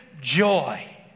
joy